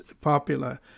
popular